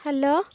hello